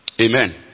Amen